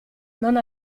non